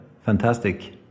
fantastic